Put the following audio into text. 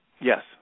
Yes